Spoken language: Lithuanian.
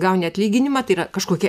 gauni atlyginimą tai yra kažkokia